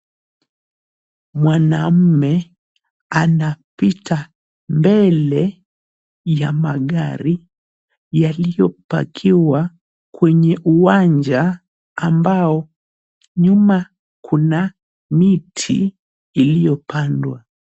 Mwanaume anapita mbele ya magari yaliyopakiwa kwenye uwanjana ambao nyuma kuna miti iliyopandwa.